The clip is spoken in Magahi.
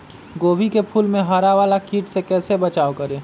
गोभी के फूल मे हरा वाला कीट से कैसे बचाब करें?